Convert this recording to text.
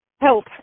help